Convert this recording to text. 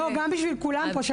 גם בשביל כולם פה,